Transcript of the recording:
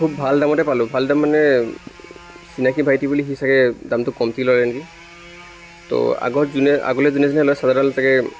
খুব ভাল দামতে পালোঁ ভাল দাম মানে চিনাকী ভাইটি বুলি সি চাগে দামটো কমটি ল'লে নেকি ত' আগত যোনে আগলৈ যোনে যোনে লয় চাৰ্জাৰডাল চাগে